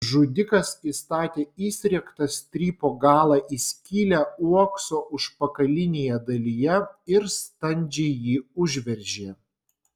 žudikas įstatė įsriegtą strypo galą į skylę uokso užpakalinėje dalyje ir standžiai jį užveržė